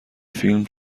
فیلم